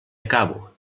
acabo